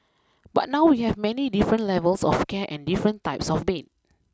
but now we have many different levels of care and different types of bed